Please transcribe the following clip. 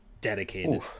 dedicated